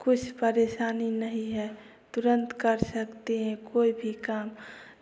कुछ परेशानी नहीं है तुरंत कर सकते हैं कोई भी काम